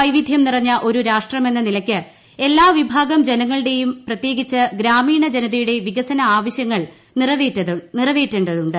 വൈവിധ്യം നിറഞ്ഞ ഒരു രാഷ്ട്രമെന്ന നിലയ്ക്ക് ഏല്ലർ വിഭാഗം ജനങ്ങളുടെയും പ്രത്യേകിച്ച് ഗ്രാമീണ് ജന്നത്യുടെ വികസന ആവശ്യങ്ങൾ നിറവേറ്റേണ്ടതുണ്ട്